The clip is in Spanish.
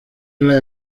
las